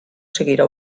seguirà